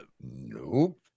Nope